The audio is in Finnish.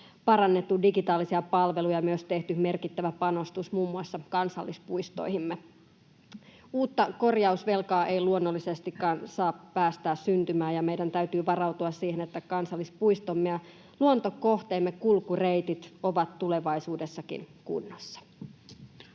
parannettu digitaalisia palveluja ja myös tehty merkittävä panostus muun muassa kansallispuistoihimme. Uutta korjausvelkaa ei luonnollisestikaan saa päästää syntymään, ja meidän täytyy varautua siihen, että kansallispuistojemme ja luontokohteidemme kulkureitit ovat tulevaisuudessakin kunnossa.